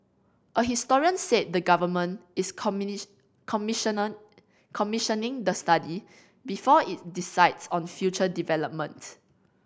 a historian said the Government is commissioner commissioning the study before it decides on future developments